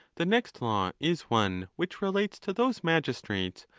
the next law is one which relates to those magis trates,